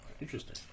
interesting